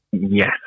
Yes